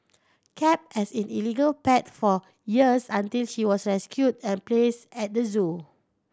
kept as in illegal pet for years until she was rescued and placed at the zoo